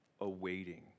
awaiting